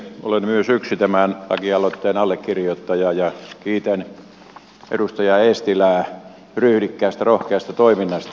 olen myös yksi tämän lakialoitteen allekirjoittaja ja kiitän edustaja eestilää ryhdikkäästä rohkeasta toiminnasta